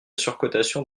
surcotation